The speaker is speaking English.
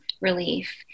relief